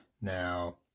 Now